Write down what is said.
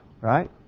Right